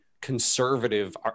conservative